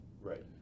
Right